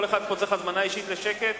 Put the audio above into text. כל אחד צריך פה הזמנה אישית לשקט?